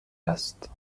است